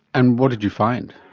and what did you find?